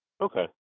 Okay